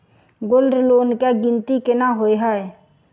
Gold loan केँ गिनती केना होइ हय?